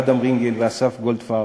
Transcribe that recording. אדם רינגל ואסף גולדפרב,